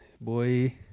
Boy